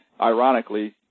ironically